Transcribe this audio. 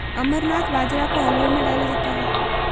अमरनाथ बाजरा को हलवे में डाला जाता है